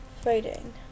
fighting